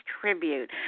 tribute